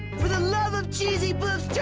for the love of cheezy poofs, turn